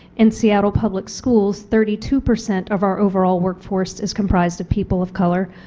and seattle public schools thirty two percent of our overall workforce is comprised of people of color.